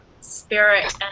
spirit